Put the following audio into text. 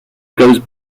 goes